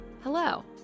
Hello